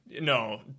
No